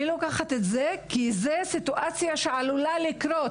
אני לוקחת את זה כי זו סיטואציה שעלולה לקרות.